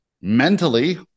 mentally